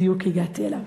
בדיוק הגעתי אליו,